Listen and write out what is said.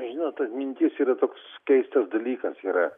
žinot mintis yra toks keistas dalykas yra